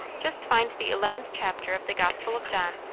just find the eleventh chapter of the gospel of john,